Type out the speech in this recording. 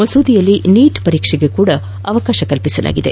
ಮಸೂದೆಯಲ್ಲಿ ನೀಟ್ ಪರೀಕ್ಷೆಗೆ ಅವಕಾಶ ಕಲ್ಪಿಸಲಾಗಿದೆ